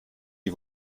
die